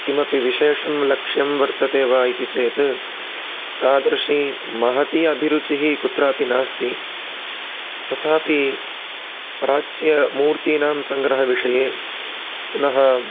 किमपि वेशेषं लक्ष्यं वर्तते वा इति चेत् तादृशी महती अभिरुचिः कुत्रापि नास्ति तथापि प्राच्यमूर्तीनां सङ्ग्रहविषये पुनः